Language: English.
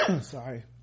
sorry